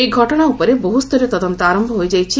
ଏହି ଘଟଣା ଉପରେ ବହ୍ରସ୍ତରୀୟ ତଦନ୍ତ ଆରମ୍ଭ ହୋଇଯାଇଛି